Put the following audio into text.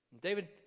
David